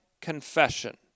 confession